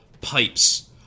pipes